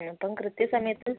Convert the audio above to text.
അപ്പം കൃത്യ സമയത്ത്